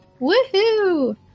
Woohoo